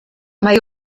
mae